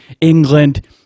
England